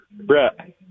Brett